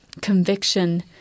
conviction